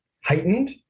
heightened